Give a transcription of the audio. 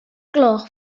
gloch